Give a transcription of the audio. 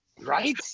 Right